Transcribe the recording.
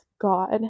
God